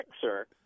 sir